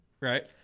right